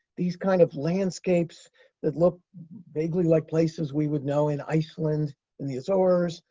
these kind of landscapes that look vaguely like places we would know in iceland and the azores,